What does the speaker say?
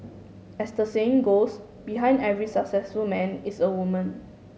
as the saying goes behind every successful man is a woman